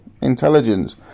intelligence